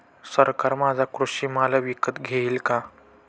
सरकार माझा कृषी माल विकत घेईल का?